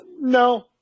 no